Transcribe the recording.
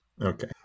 Okay